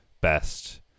best